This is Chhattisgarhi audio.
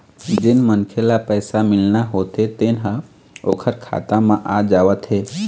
जेन मनखे ल पइसा मिलना होथे तेन ह ओखर खाता म आ जावत हे